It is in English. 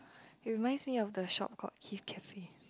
he reminds me of the shop called Keith cafe